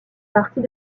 partie